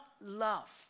love